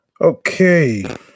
Okay